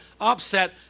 upset